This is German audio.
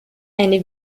eine